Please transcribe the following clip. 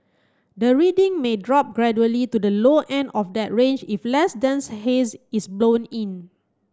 the reading may drop gradually to the low end of that range if less dense haze is blown in